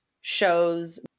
shows